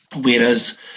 whereas